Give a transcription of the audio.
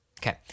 Okay